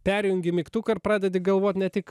perjungi mygtuką ir pradedi galvot ne tik